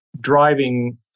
driving